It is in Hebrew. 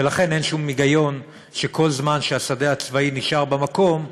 ולכן אין שום היגיון שכל זמן שהשדה הצבאי נשאר במקום,